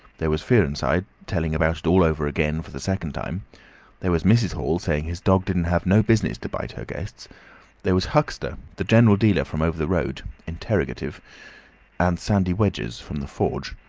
there was fearenside telling about it all over again for the second time there was mrs. hall saying his dog didn't have no business to bite her guests there was huxter, the general dealer from over the road, interrogative and sandy wadgers from the forge,